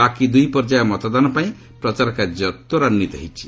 ବାକି ଦୁଇ ପର୍ଯ୍ୟାୟ ମତଦାନ ପାଇଁ ପ୍ରଚାର କାର୍ଯ୍ୟ ତ୍ୱରାନ୍ୱିତ ହୋଇଛି